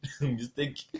mistake